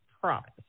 Promise